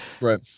Right